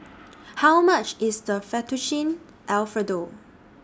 How much IS The Fettuccine Alfredo